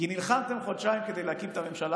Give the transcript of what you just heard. כי נלחמתם חודשיים כדי להקים את הממשלה